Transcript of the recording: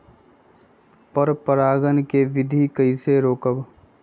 पर परागण केबिधी कईसे रोकब?